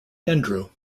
andrew